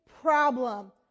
problem